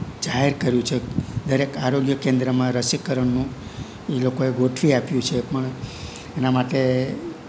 જાહેર કર્યું છે દરેક આરોગ્ય કેન્દ્ર માં રશીકરણનું એ લોકોએ ગોઠવી આપ્યું છે પણ એના માટે